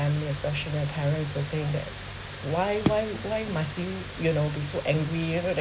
family especially my parents were said that why why why must think you know be so angry you know that